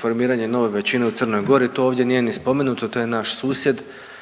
formiranje nove većine u Crnoj Gori, to ovdje nije ni spomenuto, to je naš susjed,